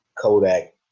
Kodak